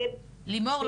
לימור,